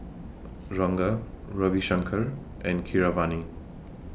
Ranga Ravi Shankar and Keeravani